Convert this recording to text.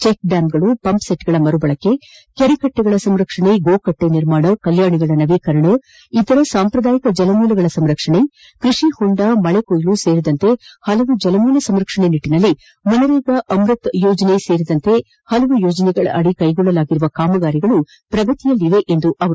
check dam pump set ಮರುಬಳಕೆ ಕೆರೆಕಟ್ಟೆಗಳ ಸಂರಕ್ಷಣೆ ಗೋಕಟ್ಟೆ ನಿರ್ಮಾಣ ಕಲ್ಯಾಣಿಗಳ ನವೀಕರಣ ಇತರೆ ಸಾಂಪ್ರದಾಯಿಕ ಜಲಮೂಲಗಳ ಸಂರಕ್ಷಣೆ ಕೃಷಿ ಹೊಂಡ ಮಳೆಕೊಯ್ಲು ಸೇರಿದಂತೆ ವಿವಿಧ ಜಲಮೂಲ ಸಂರಕ್ಷಣೆ ನಿಟ್ಟಿನಲ್ಲಿ ನರೇಗಾ ಅಮೃತ ಯೋಜನೆ ಸೇರಿದಂತೆ ವಿವಿಧ ಯೋಜನೆಗಳಡಿ ಕೈಗೊಂಡಿರುವ ಕಾಮಗಾರಿಗಳು ಪ್ರಗತಿಯಲ್ಲಿವೆ ಎಂದರು